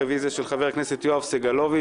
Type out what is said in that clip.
רוויזיה של חבר הכנסת יואב סגלוביץ'.